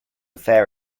fair